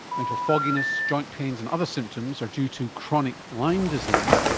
mental fogginess, joint pains and other symptoms are due to chronic lyme disease,